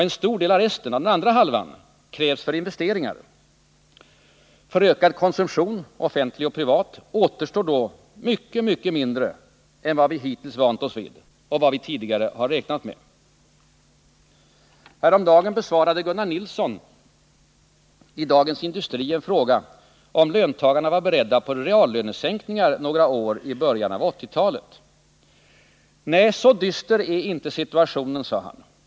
En stor del av den andra halvan kommer att krävas för investeringar. För ökad konsumtion, offentlig och privat, återstår då mycket, mycket mindre än vad vi hittills vant oss vid och vad vi tidigare räknat med. Häromdagen besvarade Gunnar Nilsson i Dagens Industri en fråga, om löntagarna är beredda på reallönesänkningar några år i början av 1980-talet. ”Nej, så dyster är inte situationen”, svarade han.